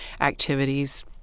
activities